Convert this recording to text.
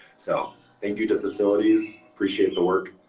so thank you to facilities, appreciate the work,